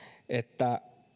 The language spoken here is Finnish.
että